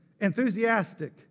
enthusiastic